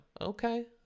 Okay